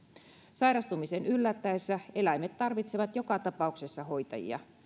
sairastumisen yllättäessä eläimet tarvitsevat joka tapauksessa hoitajia